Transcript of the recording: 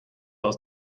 aus